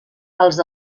els